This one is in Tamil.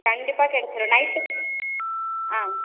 கண்டிப்பாக கிடைச்சிரும் நைட்டு ஆ